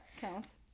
Counts